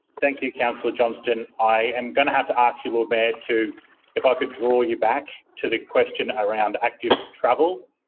thank you, councillor johnston. i am going to have to ask you, lord mayor, if i could draw you back to the question around active travel,